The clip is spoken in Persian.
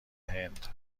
هند